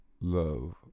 love